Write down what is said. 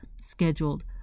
scheduled